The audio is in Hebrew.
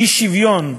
אי-שוויון,